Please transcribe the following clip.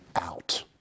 out